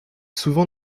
souvent